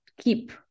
keep